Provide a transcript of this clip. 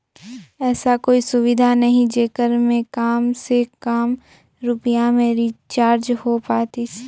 ऐसा कोई सुविधा नहीं जेकर मे काम से काम रुपिया मे रिचार्ज हो पातीस?